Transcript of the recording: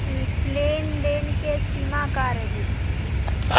लेन देन के सिमा का रही?